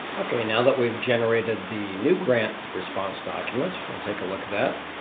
okay now that we've generated the new grant response documents we'll take a look at that.